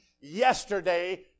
yesterday